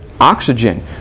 oxygen